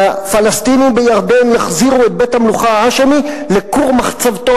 והפלסטינים בירדן יחזירו את בית-המלוכה ההאשמי לכור מחצבתו,